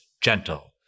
gentle